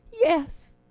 Yes